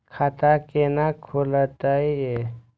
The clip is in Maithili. खाता केना खुलतै यो